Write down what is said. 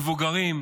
מבוגרים,